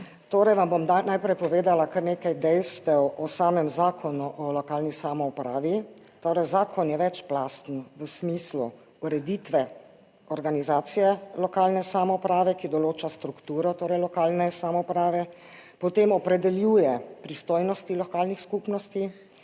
torej vam bom najprej povedala kar nekaj dejstev o samem Zakonu o lokalni samoupravi. Torej, zakon je večplasten v smislu ureditve organizacije lokalne samouprave, ki določa strukturo, torej lokalne samouprave, potem opredeljuje pristojnosti lokalnih skupnosti,